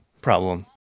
problem